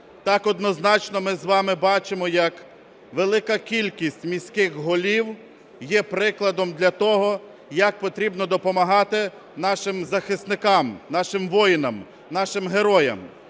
Так, однозначно, ми з вами бачимо, як велика кількість міських голів є прикладом для того, як потрібно допомагати нашим захисникам, нашим воїнам, нашим героям.